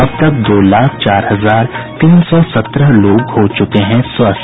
अब तक दो लाख चार हजार तीन सौ सत्रह लोग हो चुके हैं स्वस्थ